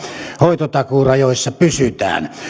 hoitotakuurajoissa pysytään